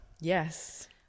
Yes